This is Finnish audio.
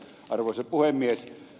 arvoisa puhemies